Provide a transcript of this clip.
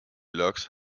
locks